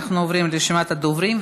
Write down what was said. אנחנו עוברים לרשימת הדוברים,